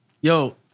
Yo